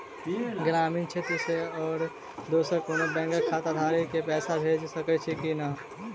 ग्रामीण बैंक सँ आओर दोसर कोनो बैंकक खाताधारक केँ पैसा भेजि सकैत छी की नै?